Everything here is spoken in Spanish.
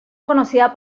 conocida